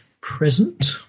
present